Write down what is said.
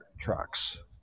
trucks